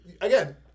Again